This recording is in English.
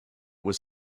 was